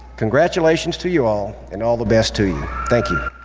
congratulations to you all, and all the best to you. thank you.